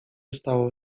stało